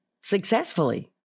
successfully